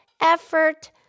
effort